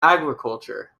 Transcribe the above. agriculture